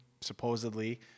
supposedly